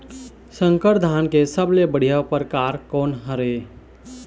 संकर धान के सबले बढ़िया परकार कोन हर ये?